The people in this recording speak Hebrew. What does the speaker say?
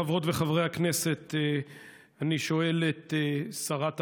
חברות וחברי הכנסת, אני שואל את שרת הפנים: